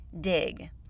dig